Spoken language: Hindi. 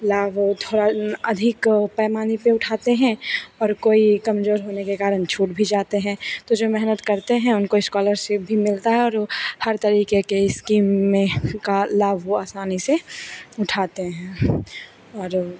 लाभ वह थोड़ा अधिक पैमाने पर उठाते हैं और कोई कमज़ोर होने के कारण छूट भी जाते हैं तो जो मेहनत करते हैं उनको इस्कॉलरसिप भी मिलता है और वह हर तरीके के इस्कीम में का लाभ वह आसानी से उठाते हैं और